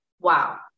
wow